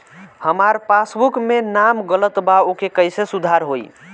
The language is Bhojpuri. हमार पासबुक मे नाम गलत बा ओके कैसे सुधार होई?